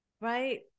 right